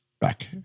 back